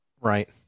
Right